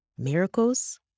Miracles